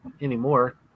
anymore